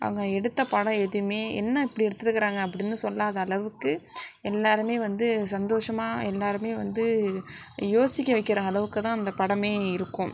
அவங்க எடுத்தப் படம் எதுவுமே என்ன இப்படி எடுத்துருக்காங்க அப்படினு சொல்லாத அளவுக்கு எல்லாரும் வந்து சந்தோஷமாக எல்லாரும் வந்து யோசிக்க வைக்கிற அளவுக்கு தான் அந்த படம் இருக்கும்